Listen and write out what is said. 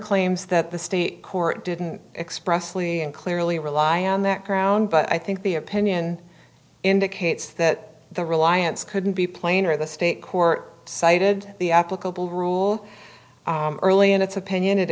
claims that the state court didn't expressly and clearly rely on that ground but i think the opinion indicates that the reliance couldn't be plainer the state court cited the applicable rule early in its opinion it